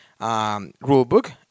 rulebook